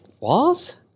laws